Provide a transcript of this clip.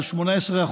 על 18%,